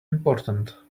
important